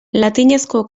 latinezko